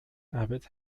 abbot